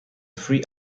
free